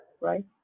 right